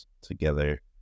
together